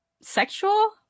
sexual